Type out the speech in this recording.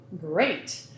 Great